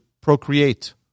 procreate